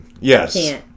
yes